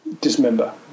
dismember